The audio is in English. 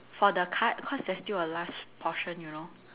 for the card cause there's still a last portion you know